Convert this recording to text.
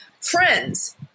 Friends